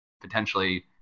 potentially